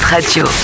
Radio